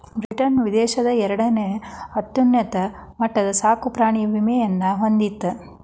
Britain ವಿಶ್ವದ ಎರಡನೇ ಅತ್ಯುನ್ನತ ಮಟ್ಟದ ಸಾಕುಪ್ರಾಣಿ ವಿಮೆಯನ್ನ ಹೊಂದಿತ್ತ